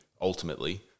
Ultimately